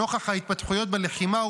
נוכח ההתפתחויות בלחימה,